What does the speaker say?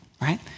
Right